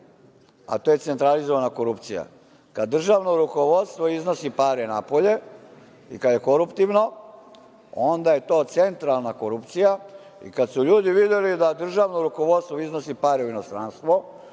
a to je centralizovana korupcija, kada državno rukovodstvo iznosi pare napolje i kada je koruptivno, onda je to centralna korupcija, i kada su ljudi videli da državno rukovodstvo iznosi pare u inostranstvo,